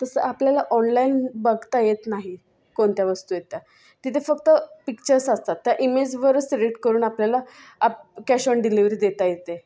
तसं आपल्याला ऑनलाईन बघता येत नाही कोणत्या वस्तू आहेत त्या तिथे फक्त पिक्चर्स असतात त्या इमेजवरच सिलेक्ट करून आपल्याला आप कॅश ऑन डिलिवरी देता येते